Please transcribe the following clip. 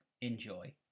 Enjoy